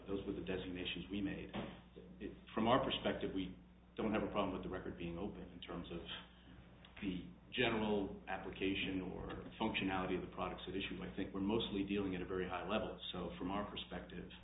those were the definitions we made it from our perspective we don't have a problem with the record being open in terms of the general application or functionality of the product so that you might think we're mostly dealing at a very high level so from our perspective